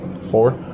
Four